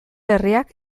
herriak